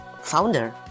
founder